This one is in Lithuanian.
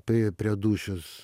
prie prie dūšios